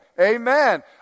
Amen